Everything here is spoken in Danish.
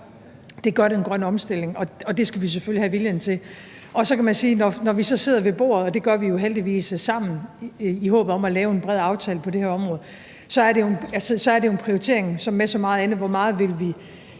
Det gør den grønne omstilling, og det skal vi selvfølgelig have viljen til. Så kan man sige, at når vi sidder ved bordet, og det gør vi heldigvis sammen i håbet om at lave en bred aftale på det her område, er det jo en prioritering som med så meget andet, altså hvor meget vi vil